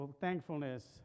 thankfulness